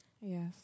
Yes